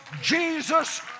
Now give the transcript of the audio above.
Jesus